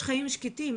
חיים שקטים.